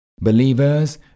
Believers